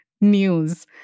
news